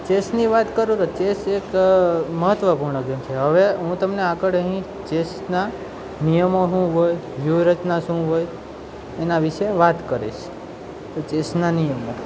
ચેસની વાત કરું તો ચેસ એક મહત્ત્વપૂર્ણ ગેમ છે હવે હું તમને આગળ અહીં ચેસના નિયમો હું હોય વ્યુહરચના શું હોય એના વિશે વાત કરીશ કે ચેસના નિયમો